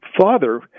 father